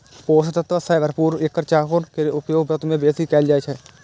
पोषक तत्व सं भरपूर एकर चाउर के उपयोग व्रत मे बेसी कैल जाइ छै